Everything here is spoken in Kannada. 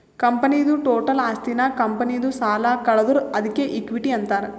ಕಂಪನಿದು ಟೋಟಲ್ ಆಸ್ತಿನಾಗ್ ಕಂಪನಿದು ಸಾಲ ಕಳದುರ್ ಅದ್ಕೆ ಇಕ್ವಿಟಿ ಅಂತಾರ್